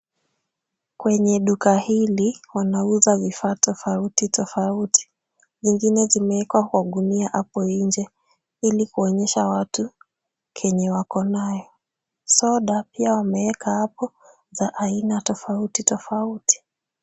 Kwenye duka hili wanauza vifaa tofauti tofauti. Zingine zimeekwa kwa gunia hapo nje ili kuonyesha watu kenye wako nayo. Soda pia wameeka apo za aina tofauti tofauti.